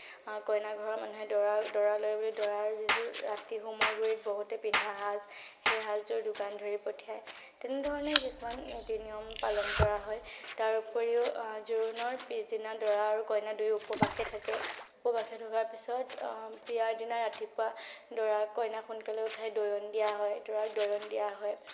কইনা ঘৰৰ মানুহে দৰা দৰালৈ বুলি দৰাৰ যিযোৰ ৰাতি হোমৰ গুৰিত বহুতে পিন্ধা সাজ সেই সাজযোৰ যোগান ধৰি পঠিয়ায় তেনেধৰণে কিছুমান নীতি নিয়ম পালন কৰা হয় তাৰোপৰিও জোৰোণৰ পিছদিনা দৰা আৰু কইনা দুয়ো উপবাসে থাকে উপবাসে থকাৰ পিছত বিয়াৰ দিনা ৰাতিপুৱা দৰা কইনাক সোনকালে উঠাই দৈয়ন দিয়া হয় দৰাক দৈয়ন দিয়া হয়